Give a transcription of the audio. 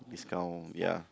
discount ya